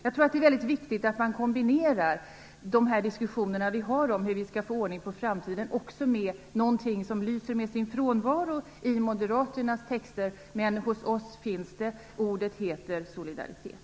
Jag tror att det är väldigt viktigt att man kombinerar de diskussioner vi för om hur vi skall få ordning i framtiden med någonting som lyser med sin frånvaro i moderaternas texter men som finns hos oss, nämligen ordet solidaritet.